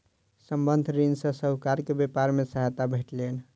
संबंद्ध ऋण सॅ साहूकार के व्यापार मे सहायता भेटलैन